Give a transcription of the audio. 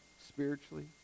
spiritually